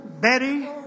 Betty